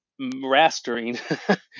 rastering